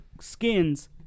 skins